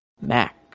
Mac